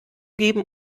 geben